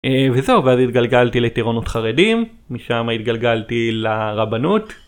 אה... וזהו, ואז התגלגלתי לטירונות חרדים, משמה התגלגלתי ל...רבנות.